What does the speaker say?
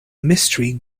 mystery